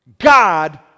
God